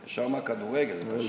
יש שם כדורגל, זה קשה.